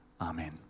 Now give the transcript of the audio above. Amen